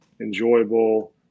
enjoyable